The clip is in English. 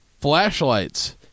Flashlights